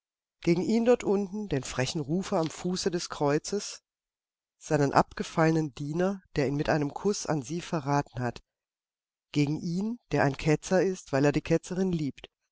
gegen ihn dort unten den frechen rufer am fuße des kreuzes seinen abgefallenen diener der ihn mit einem kuß an sie verraten hat gegen ihn der ein ketzer ist weil er die ketzerin liebt